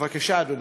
בבקשה, אדוני.